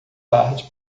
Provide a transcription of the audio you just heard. tarde